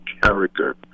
character